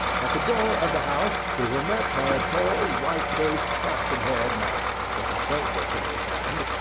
at the door of the house we were met by a tall, white-faced, flaxen-haired man, with a notebook in his hand,